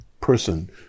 person